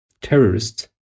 terrorists